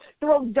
throw